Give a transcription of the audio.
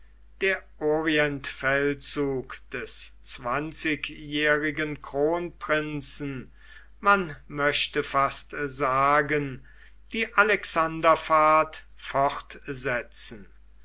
der orientfeldzug des zwanzigjährigen kronprinzen man möchte fast sagen die alexanderfahrt